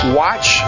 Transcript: watch